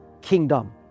kingdom